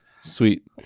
Sweet